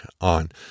on